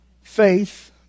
Faith